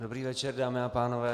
Dobrý večer, dámy a pánové.